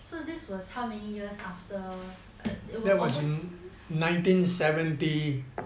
so this was how many years after it was almost